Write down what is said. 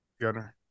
Gunner